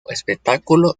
espectáculo